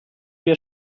wir